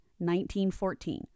1914